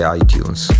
iTunes